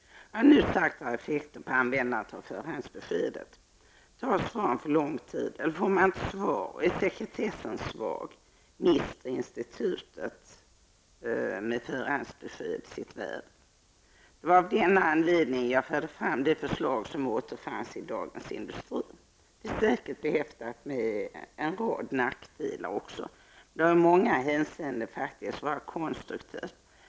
Om det tar för lång tid att få förhandsbesked eller om man inte får svar, om sekretessen är svag, mister institutet med förhandsbesked sitt värde. Det var av den anledning som jag förde fram det förslag om återfinns i Dagens Industri. Det är säkert behäftat med en rad nackdelar. Jag har i många hänseenden faktiskt varit konstruktiv.